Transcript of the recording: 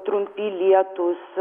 trumpi lietūs